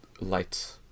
light